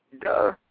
Duh